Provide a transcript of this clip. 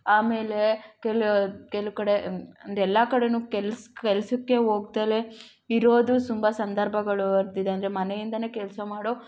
ಆಮೇಲೇ ಕೆಲ ಕೆಲ್ವು ಕಡೆ ಅಂದ ಎಲ್ಲ ಕಡೆನು ಕೆಲ್ಸ ಕೆಲಸಕ್ಕೆ ಹೋಗ್ದಲೇ ಇರೋದು ತುಂಬ ಸಂದರ್ಭಗಳು ಅಂದರೆ ಮನೆಯಿಂದಾನೆ ಕೆಲಸ ಮಾಡೋ